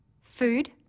food